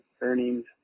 earnings